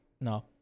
No